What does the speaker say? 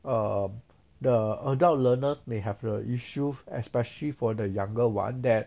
um the adult learners may have the issue especially for the younger one that